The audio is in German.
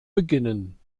beginnen